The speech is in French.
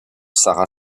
sara